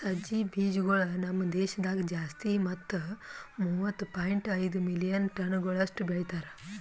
ಸಜ್ಜಿ ಬೀಜಗೊಳ್ ನಮ್ ದೇಶದಾಗ್ ಜಾಸ್ತಿ ಮತ್ತ ಮೂವತ್ತು ಪಾಯಿಂಟ್ ಐದು ಮಿಲಿಯನ್ ಟನಗೊಳಷ್ಟು ಬೆಳಿತಾರ್